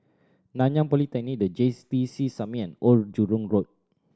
Nanyang Polytechnic The J T C Summit and Old Jurong Road